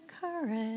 courage